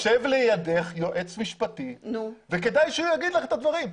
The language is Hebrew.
יושב לידך יועץ משפטי וכדאי שהוא יגיד לך את הדברים.